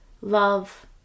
love